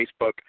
Facebook